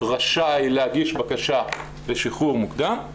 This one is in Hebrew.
רשאי להגיש בקשה לשחרור מוקדם.